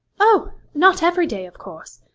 oh! not every day, of course.